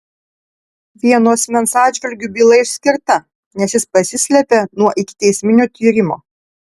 vieno asmens atžvilgiu byla išskirta nes jis pasislėpė nuo ikiteisminio tyrimo